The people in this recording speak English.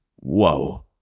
whoa